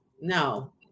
no